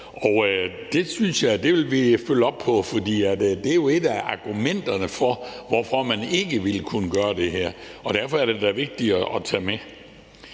Det synes jeg da vi vil følge op på, for det er jo et af argumenterne for, hvorfor man ikke ville kunne gøre det her, og derfor er det da vigtigt at tage med.